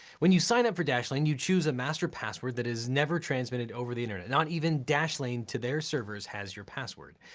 when you sign up for dashlane, you choose a master password that is never transmitted over the internet, not even dashlane to their servers has your password.